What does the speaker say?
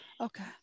Okay